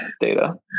data